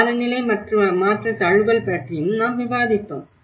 காலநிலை மாற்ற தழுவல் பற்றியும் நாம் விவாதித்தோம்